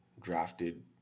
drafted